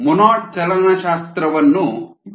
Monod ಚಲನಶಾಸ್ತ್ರವನ್ನು ಬೆಳವಣಿಗೆಗೆ ನೀಡಲಾಗಿದೆ